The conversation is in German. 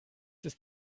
ist